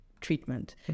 treatment